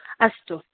अस्तु